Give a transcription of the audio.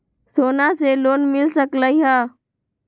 सोना से लोन मिल सकलई ह?